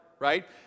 right